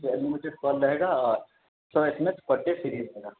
جو unlimited call رہے گا اور سو ایس ایم ایس پر ڈے فری رہے گا